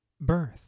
birth